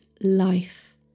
life